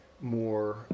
more